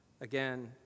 Again